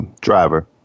driver